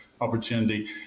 opportunity